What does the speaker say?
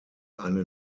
eine